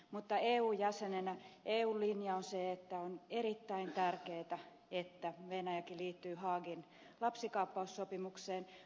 mutta eu jäsenenä eun linja on se että on erittäin tärkeätä että venäjäkin liittyy haagin lapsikaappaussopimukseen